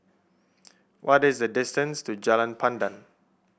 what is the distance to Jalan Pandan